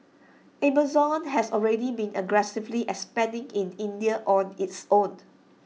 Amazon has already been aggressively expanding in India on its own